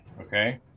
Okay